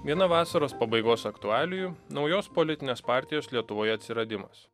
viena vasaros pabaigos aktualijų naujos politinės partijos lietuvoje atsiradimas